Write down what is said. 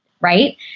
right